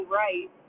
right